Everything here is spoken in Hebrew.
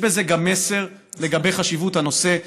יש בזה גם מסר לגבי חשיבות הנושא.